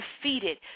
defeated